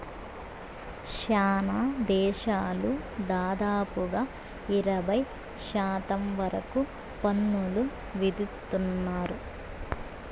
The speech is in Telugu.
శ్యానా దేశాలు దాదాపుగా ఇరవై శాతం వరకు పన్నులు విధిత్తున్నారు